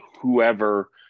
whoever